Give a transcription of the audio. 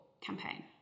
campaign